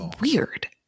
weird